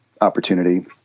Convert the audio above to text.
opportunity